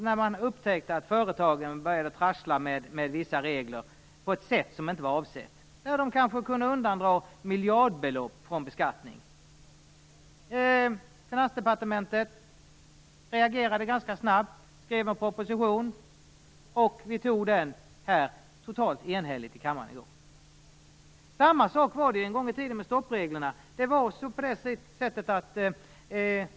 Man hade upptäckt att företagen hade börjat trassla med vissa regler på ett sätt som inte var avsett. De hade kanske kunnat undandra miljardbelopp från beskattning. Finansdepartementet reagerade ganska snabbt och skrev en proposition, vilken vi antog totalt enhälligt här i kammaren i går. På samma sätt var det en gång i tiden med stoppreglerna.